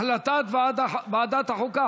החלטת ועדת החוקה,